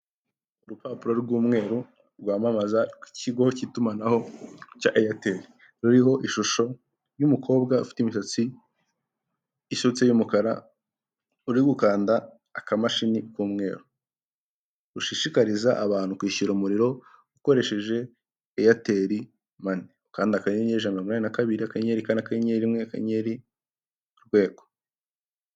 Urupapuro rw'umweru rwamamaza ikigo k'itumanaho cya eyateri, ruriho ishusho y'umukobwa ufite imisatsi isutse y'umukara, uri gukanda akamashini k,umweru. Rushishikariza abantu kwishyura umuriro ukoresheje eyateri mani kanda akanyenyeri ijana na mirongo inani na kabiri akanyenyeri kane akanyenyeri rimwe akanyenyeri urwego.